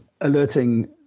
alerting